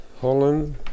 holland